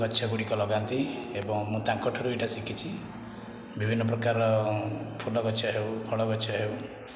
ଗଛଗୁଡ଼ିକ ଲଗାନ୍ତି ଏବଂ ମୁଁ ତାଙ୍କଠାରୁ ଏଇଟା ଶିଖିଛି ବିଭିନ୍ନ ପ୍ରକାର ଫୁଲ ଗଛ ହେଉ ଫଳ ଗଛ ହେଉ